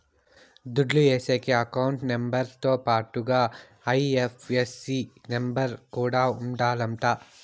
దుడ్లు ఏసేకి account number తో పాటుగా ఐ.ఎఫ్.ఎస్.సి నెంబర్ కూడా ఉండాలంట